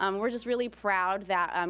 um we're just really proud that, um